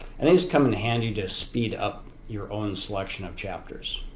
and these come in handy to speed up your own selection of chapters.